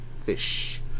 fish